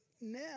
now